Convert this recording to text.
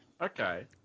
Okay